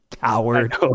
coward